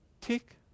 tick